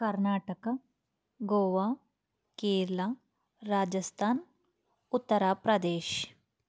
Karnataka Goa Kerala Rajasthan Uttar Pradesh